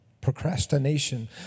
procrastination